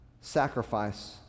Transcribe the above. sacrifice